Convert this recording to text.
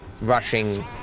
rushing